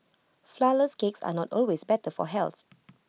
Flourless Cakes are not always better for health